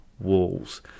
walls